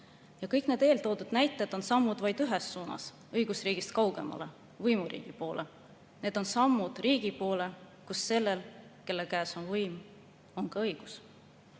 […] Kõik need eeltoodud näited on sammud vaid ühes suunas – õigusriigist kaugemale, võimuriigi poole. Need on sammud riigi poole, kus sellel, kelle käes on võim, on ka õigus.